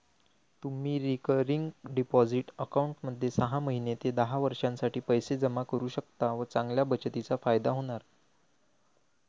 तुम्ही recurring deposit अकाउंटमध्ये सहा महिने ते दहा वर्षांसाठी पैसे जमा करू शकता व चांगल्या बचतीचा फायदा होणार